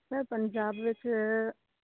sir Punjab ਵਿੱਚ